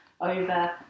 over